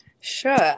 Sure